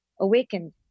awakened